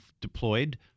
deployed